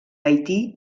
haití